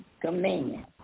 command